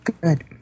good